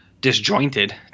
Disjointed